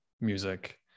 music